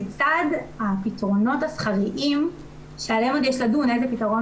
לצד הפתרונות השכריים שעליהם עוד יש לדון איזה פתרון